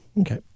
Okay